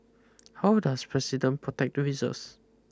how does the president protect the reserves